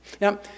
Now